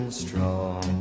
strong